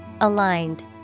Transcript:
Aligned